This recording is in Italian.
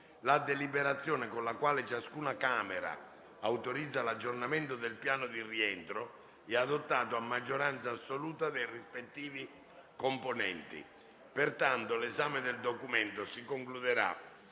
la deliberazione con la quale ciascuna Camera autorizza l'aggiornamento del piano di rientro è adottata a maggioranza assoluta dei rispettivi componenti. Pertanto, l'esame del documento si concluderà